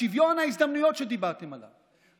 שוויון ההזדמנויות שדיברתם עליו,